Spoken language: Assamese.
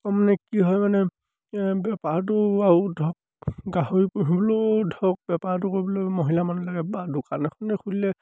আকৌ মানে কি হয় মানে বেপাৰটো আৰু ধৰক গাহৰি পুহিবলৈয়ো ধৰক বেপাৰটো কৰিবলৈ মহিলা মানুহ লাগে বা দোকান এখনে খুলিলে